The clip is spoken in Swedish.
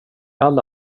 alla